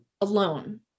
alone